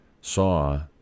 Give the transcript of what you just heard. saw